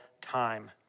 time